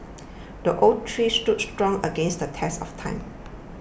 the oak tree stood strong against the test of time